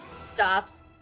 stops